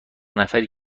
نفری